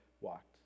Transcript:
walked